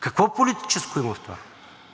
Какво политическо има в това?